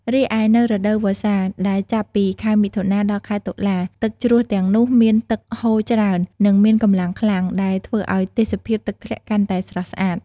រីឯនៅរដូវវស្សា ដែលចាប់ពីខែមិថុនា ដល់ខែតុលា ទឹកជ្រោះទាំងនោះមានទឹកហូរច្រើន និងមានកម្លាំងខ្លាំង ដែលធ្វើឲ្យទេសភាពទឹកធ្លាក់កាន់តែស្រស់ស្អាត។